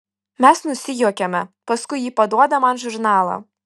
mes nusijuokiame paskui ji paduoda man žurnalą